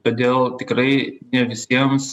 todėl tikrai ne visiems